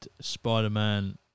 Spider-Man